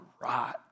right